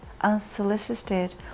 unsolicited